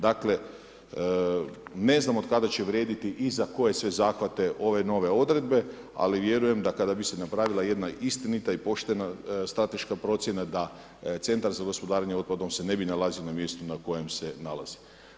Dakle, ne znam od kada će vrijediti i za koje sve zahvate ove nove odredbe ali vjerujem da kada bi se napravila jedna istinita i poštena strateška procjena da centar za gospodarenjem otpadom se ne bi nalazio na mjestu na kojem se nalazi.